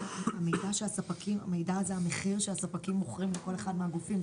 המידע של המחירים שבהם הספקים מוכרים לכל אחד מהגופים,